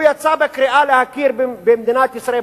הוא יצא בקריאה להכיר במדינת ישראל,